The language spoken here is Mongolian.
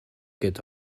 гээд